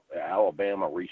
Alabama